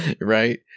right